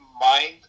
mind